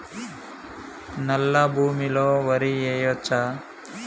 నల్లా భూమి లో వరి వేయచ్చా?